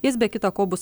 jis be kita ko bus